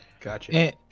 Gotcha